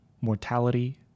mortality